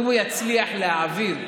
אם הוא יצליח להעביר דברים,